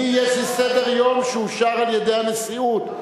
יש לי סדר-יום שאושר על-ידי הנשיאות.